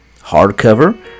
hardcover